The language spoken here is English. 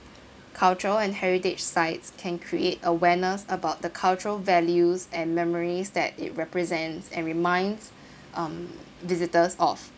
cultural and heritage sites can create awareness about the cultural values and memories that it represents and reminds um visitors of